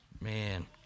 Man